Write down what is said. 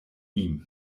ihm